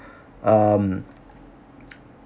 um